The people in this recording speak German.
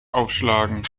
aufschlagen